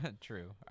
True